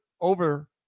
over